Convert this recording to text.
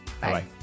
Bye